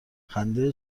خنده